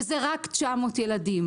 שזה רק 900 ילדים.